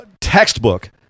textbook